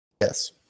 yes